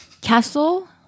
Castle